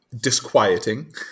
disquieting